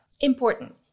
Important